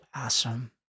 awesome